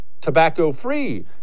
tobacco-free